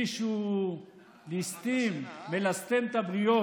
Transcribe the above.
מישהו מלסטם את הבריות,